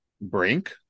Brink